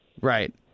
Right